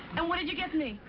and what did you get me?